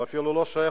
או אפילו לא שייכות,